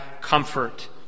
comfort